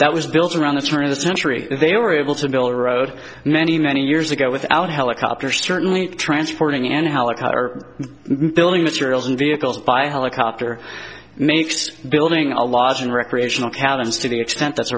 that was built around the turn of the century they were able to build a road many many years ago without helicopters certainly transporting and helicopter building materials and vehicles by helicopter makes building a lodge and recreational cabins to the extent that's